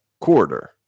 quarter